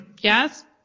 Yes